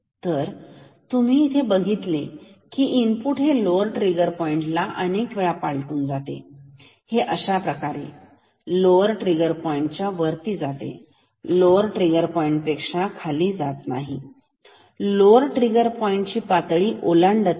तर जरी तुम्ही इथे बघितले असेल की इनपुट हे लोवर ट्रिगर पॉईंटला अनेक वेळा पालटून जाते येथे हे अशाप्रकारे लोवर ट्रिगर पॉईंटच्या वर वाढत आहेलोवर ट्रिगर पॉइंट पेक्षा खाली जात आहे लोवर ट्रिगर पॉईंट ची पातळी ओलांडत आहे